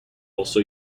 also